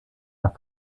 nach